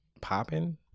popping